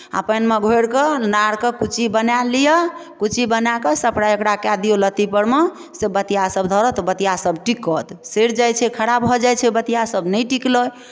आ पानिमे घोरि कऽ नारके कुच्ची बनाए लिअ कुच्ची बनाए कऽ सप्लाइ ओकरा कए दिऔ लत्तीपर मे से सभ बतिआसभ धरत बतिआसभ टिकत सड़ि जाइत छै खराब भऽ जाइत छै बतिआसभ नहि टिकलै